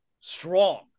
strong